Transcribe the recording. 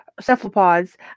cephalopods